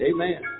Amen